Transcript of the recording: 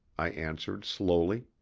i answered slowly.